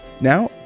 Now